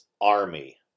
army